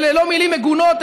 אלה לא מילים מגונות,